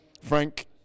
Frank